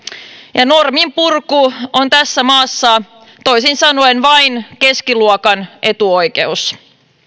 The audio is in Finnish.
ja norminpurku on tässä maassa toisin sanoen vain keskiluokan etuoikeus